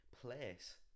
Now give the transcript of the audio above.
Place